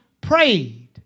prayed